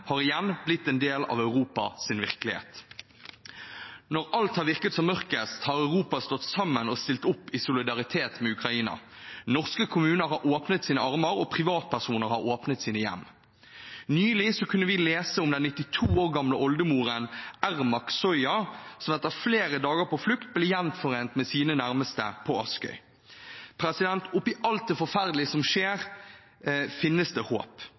har igjen blitt en del av Europas virkelighet. Når alt har virket som mørkest, har Europa stått sammen og stilt opp i solidaritet med Ukraina. Norske kommuner har åpnet sine armer, og privatpersoner har åpnet sine hjem. Nylig kunne vi lese om den 92 år gamle oldemoren Ermak Zoia, som etter flere dager på flukt ble gjenforent med sine nærmeste på Askøy. Oppi alt det forferdelige som skjer, finnes det håp.